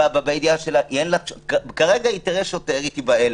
בידיעה שלה כרגע היא תראה שוטר והיא תיבהל.